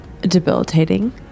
debilitating